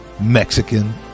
Mexican